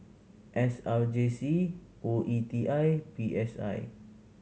S R J C O E T I and P S I